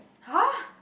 !huh!